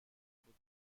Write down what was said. بود